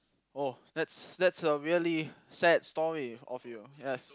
oh that's that's a really sad story of you yes